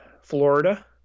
Florida